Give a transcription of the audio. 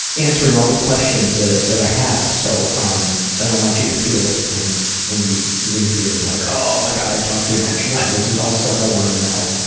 answering all the questions that that i have so um i don't want you to feel when when you leave here like oh my god! i talked too much. no, this is all stuff i want to know.